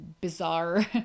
bizarre